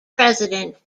president